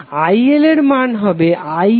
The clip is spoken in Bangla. IL এর মান হবে ILVThRThRL